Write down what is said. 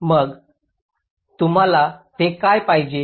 मग तुम्हाला ते का पाहिजे